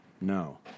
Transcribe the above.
No